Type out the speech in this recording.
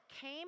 came